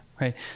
right